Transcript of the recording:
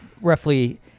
roughly